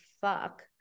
fuck